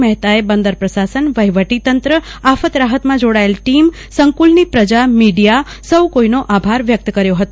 મહતા એ બંદર પ્રશાસન વહોવટી તંત્ર આફત રાહતમાં જોડાયેલા ટીમ સંકુલની પ્રજા મીડીયા સો કોઈનો આભાર વ્યકત કર્યો હતો